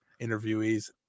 interviewees